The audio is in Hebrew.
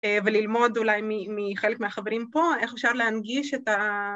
‫וללמוד אולי מחלק מהחברים פה ‫איך אפשר להנגיש את ה...